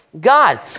God